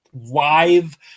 live